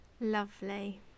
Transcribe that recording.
Lovely